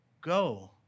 go